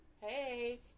Hey